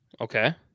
Okay